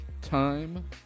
time